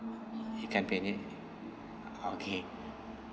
ikan penyet okay